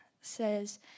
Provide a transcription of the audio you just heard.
says